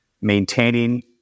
maintaining